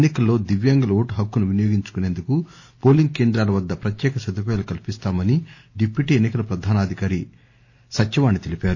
ఎన్ని కల్లో దివ్యాంగుల ఓటు హక్కు ను వినియోగించుకొనేందుకు పోలింగ్ కేంద్రాల వద్ద ప్రత్యేక సదుపాయాలు కల్పిస్తామని డిప్యూటీ ఎన్ని కల ప్రధాన అధికారి సత్యవాణి తెలిపారు